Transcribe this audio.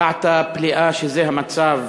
הבעת פליאה שזה המצב